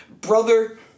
brother